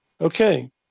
Okay